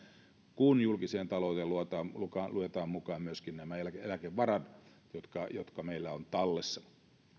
kun julkiseen talouteen luetaan mukaan luetaan mukaan myöskin nämä eläkevarat jotka jotka meillä on tallessa